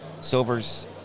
Silver's